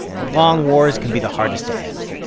the long wars can be the hardest to end,